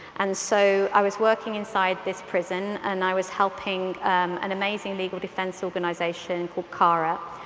and so i was working inside this prison, and i was helping an amazing legal defense organization called cara.